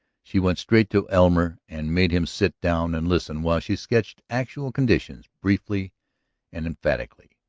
she went straight to elmer and made him sit down and listen while she sketched actual conditions briefly and emphatically.